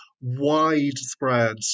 widespread